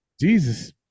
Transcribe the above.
Jesus